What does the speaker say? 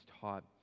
taught